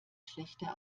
schlechte